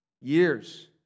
Years